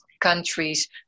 countries